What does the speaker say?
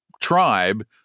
tribe